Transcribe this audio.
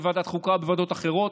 בוועדת החוקה ובוועדות אחרות.